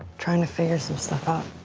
trying to figure some stuff out.